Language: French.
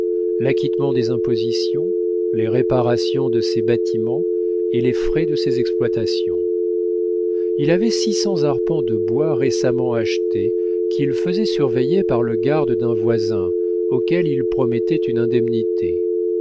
l'acquittement des impositions les réparations de ses bâtiments et les frais de ses exploitations il avait six cents arpents de bois récemment achetés qu'il faisait surveiller par le garde d'un voisin auquel il promettait une indemnité